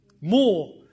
more